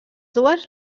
dues